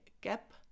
gap